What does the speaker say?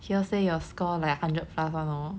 hearsay your score like hundred plus one lor